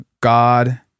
god